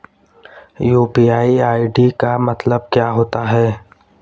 UPI ID का मतलब क्या होता है?